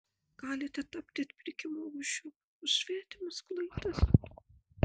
galite tapti atpirkimo ožiu už svetimas klaidas